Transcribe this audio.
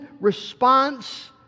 response